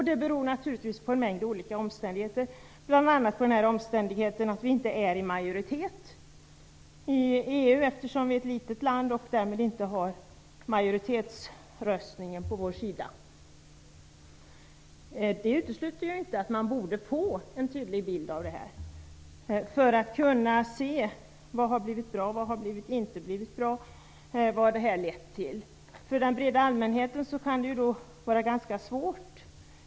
Det beror naturligtvis på en mängd olika omständigheter, bl.a. den att vi inte är i majoritet i EU eftersom vi är ett litet land och därmed inte har majoritetsröstningen på vår sida. Det utesluter inte att man borde få en tydlig bild av det här för att kunna se vad som blivit bra, vad som inte blivit bra och vad det har lett till. För den breda allmänheten kan det vara ganska svårt.